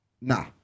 Nah